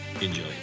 enjoy